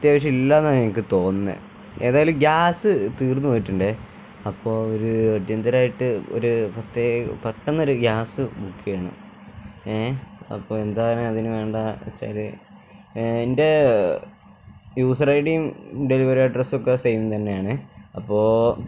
അത്യാവശ്യം ഇല്ല എന്നാണ് എനിക്ക് തോന്നുന്നത് ഏതായാലും ഗ്യാസ് തീർന്ന് പോയിട്ടുണ്ടെങ്കിൽ അപ്പോൾ ഒരു അടിയന്തിരായിട്ട് ഒരു പ്രത്യേകം പെട്ടന്നൊരു ഗ്യാസ് ബുക്ക് ചെയ്യണം ഏ അപ്പോൾ എന്താണ് അതിന് വേണ്ടത് വെച്ചാൽ എൻ്റെ യൂസറ് ഐ ഡി യും ഡെലിവറി അഡ്രസ്സൊക്കെ സെയിം തന്നെയാണ് അപ്പോൾ